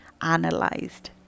analyzed